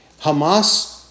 Hamas